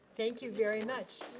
thank you very much.